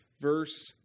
verse